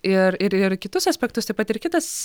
ir ir ir kitus aspektus taip pat ir kitas